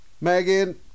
Megan